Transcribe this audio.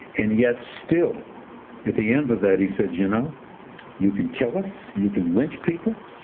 and yet still at the end of that, he says you know you can kill us, you can lynch people,